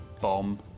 bomb